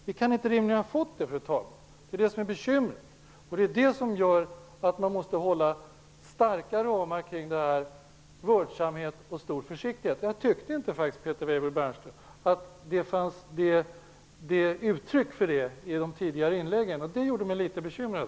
Det kan vi dock rimligen inte ha fått. Det är det som är bekymret och det är det som gör att man måste hålla starka ramar kring det här. Vördsamhet och stor försiktighet är vad som gäller. Jag tycker faktiskt inte, Peter Weibull Bernström, att det gavs uttryck för detta i tidigare inlägg och det har gjort mig litet bekymrad.